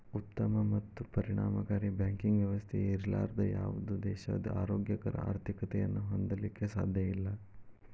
ಉತ್ತಮ ಮತ್ತು ಪರಿಣಾಮಕಾರಿ ಬ್ಯಾಂಕಿಂಗ್ ವ್ಯವಸ್ಥೆ ಇರ್ಲಾರ್ದ ಯಾವುದ ದೇಶಾ ಆರೋಗ್ಯಕರ ಆರ್ಥಿಕತೆಯನ್ನ ಹೊಂದಲಿಕ್ಕೆ ಸಾಧ್ಯಇಲ್ಲಾ